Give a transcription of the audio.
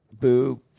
Boo